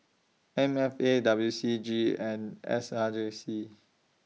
M F A W C G and S R J C